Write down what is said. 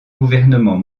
gouvernement